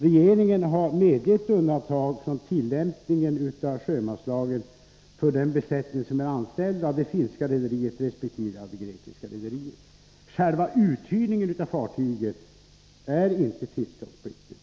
Regeringen har medgivit undantag från tillämpningen av sjömanslagen för den besättning som är anställd av det finska rederiet resp. av det grekiska rederiet. Själva uthyrningen av fartyget är inte tillståndspliktig.